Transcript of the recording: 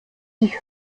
sich